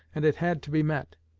and it had to be met.